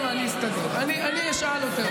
גלעד.